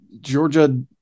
Georgia